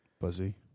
Buzzy